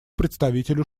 представителю